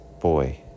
boy